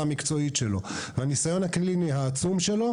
המקצועית שלו והניסיון הקליני העצום שלו,